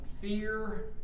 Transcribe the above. fear